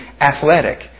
athletic